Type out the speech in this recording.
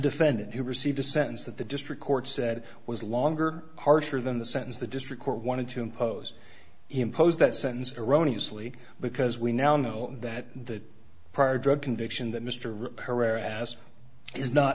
defendant who received a sentence that the district court said was longer harsher than the sentence the district court wanted to impose impose that sentence erroneous lee because we now know that the prior drug conviction that mr repair asked is not